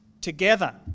together